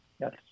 yes